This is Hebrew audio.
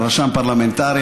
רשם פרלמנטרי,